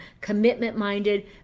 commitment-minded